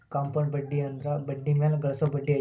compound ಬಡ್ಡಿ ಅಂದ್ರ ಬಡ್ಡಿ ಮ್ಯಾಲೆ ಗಳಿಸೊ ಬಡ್ಡಿ ಐತಿ